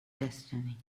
destiny